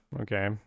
Okay